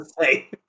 say